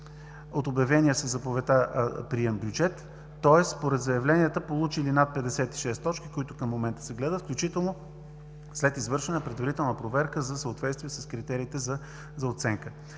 от обявения със заповедта прием-бюджет, тоест според заявленията получили над 56 точки, които към момента се гледат, включително след извършване на предварителна проверка за съответствие с критериите за оценка.